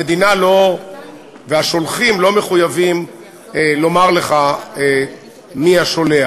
המדינה והשולחים לא מחויבים לומר לך מי השולח.